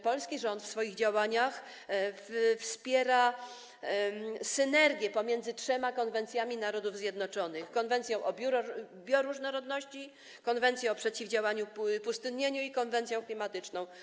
Polski rząd swoimi działaniami wspiera synergię pomiędzy trzema konwencjami narodów zjednoczonych: konwencją o bioróżnorodności, konwencją o przeciwdziałaniu pustynnieniu i konwencją klimatyczną.